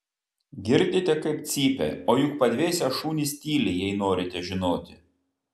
girdite kaip cypia o juk padvėsę šunys tyli jei norite žinoti